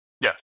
Yes